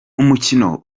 umukino